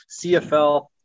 CFL